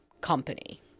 company